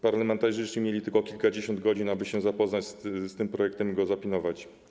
Parlamentarzyści mieli tylko kilkadziesiąt godzin, żeby zapoznać się z tym projektem i go zaopiniować.